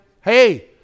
Hey